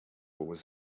was